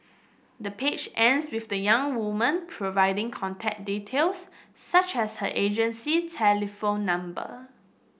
the page ends with the young woman providing contact details such as her agency telephone number